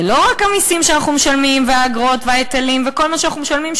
זה לא רק המסים שאנחנו משלמים והאגרות וההיטלים וכל מה שאנחנו משלמים,